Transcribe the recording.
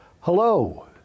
Hello